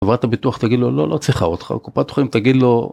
חברת הביטוח תגיד לו: "לא, לא צריכה אותך", או קופת חולים תגיד לו...